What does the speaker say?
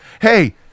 Hey